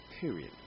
Period